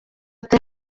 ati